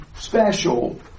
special